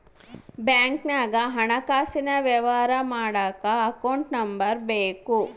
ಬ್ಯಾಂಕ್ನಾಗ ಹಣಕಾಸಿನ ವ್ಯವಹಾರ ಮಾಡಕ ಅಕೌಂಟ್ ನಂಬರ್ ಬೇಕು